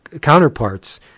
counterparts